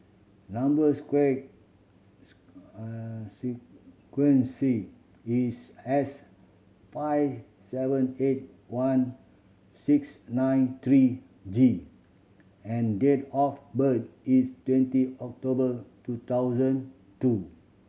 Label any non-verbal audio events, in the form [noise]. number square [unintelligible] is S five seven eight one six nine three G and date of birth is twenty October two thousand two